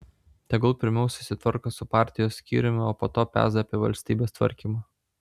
tegul pirmiau susitvarko su partijos skyriumi o po to peza apie valstybės tvarkymą